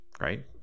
Right